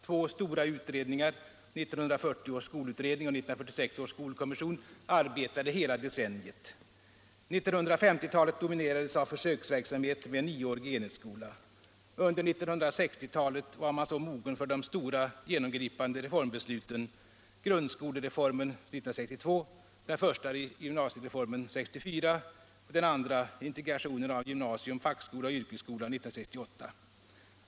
Två stora utredningar — 1940 års skolutredning och 1946 års skolkommission — arbetade hela decenniet. 1950-talet dominerades av försöksverksamhet med nioårig enhetsskola. Under 1960-talet var man så mogen för de stora genomgripande reformbesluten, grundskolereformen 1962, den första gymnasiereformen 1964 och den andra — integrationen av gymnasium, fackskola och yrkesskola — 1968.